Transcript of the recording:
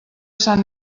sant